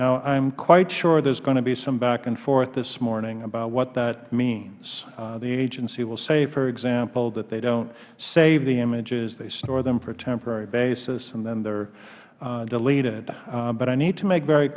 now i am quite sure there is going to be some back and forth this morning about what that means the agency will say for example that they don't save the images they store them on a temporary basis and then they are deleted but i need to make very